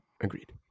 Agreed